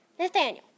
Nathaniel